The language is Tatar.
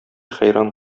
хәйран